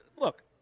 look